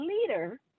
leader